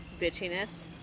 bitchiness